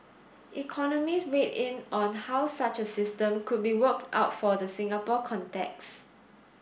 economists weighed in on how such a system could be worked out for the Singapore context